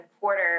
quarter